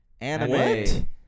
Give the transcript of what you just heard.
Anime